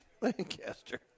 Lancaster